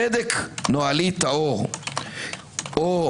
צדק נוהלי טהור או